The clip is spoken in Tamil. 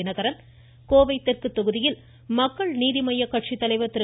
தினகரன் கோவை தெற்கு தொகுதியில் மக்கள் நீதிமய்யக் கட்சித்தலைவர் திரு